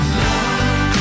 love